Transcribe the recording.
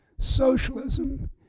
socialism